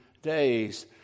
days